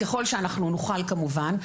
ככול שאנחנו נוכל כמובן,